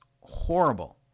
horrible